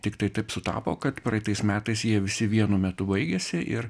tiktai taip sutapo kad praeitais metais jie visi vienu metu baigėsi ir